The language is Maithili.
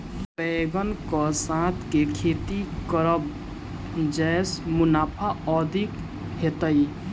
बैंगन कऽ साथ केँ खेती करब जयसँ मुनाफा अधिक हेतइ?